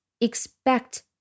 expect